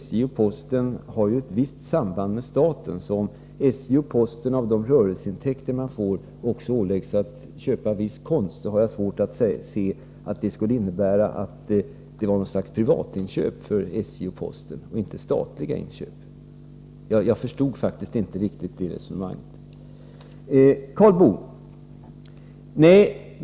SJ och posten har ju ett visst samband med staten, så om SJ och posten åläggs att av sina rörelseintäkter köpa viss konst, har jag svårt att se att det skulle vara något slags privatinköp för SJ och posten och inte statliga inköp. Jag förstod faktiskt inte riktigt det resonemanget.